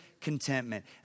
contentment